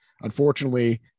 unfortunately –